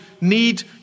need